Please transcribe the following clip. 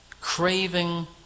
craving